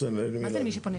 מה זה למי שפונה?